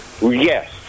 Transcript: Yes